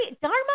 Dharma